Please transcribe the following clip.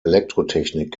elektrotechnik